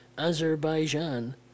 Azerbaijan